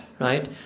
right